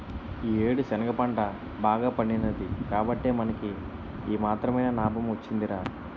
ఈ యేడు శనగ పంట బాగా పండినాది కాబట్టే మనకి ఈ మాత్రమైన నాబం వొచ్చిందిరా